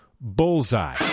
Bullseye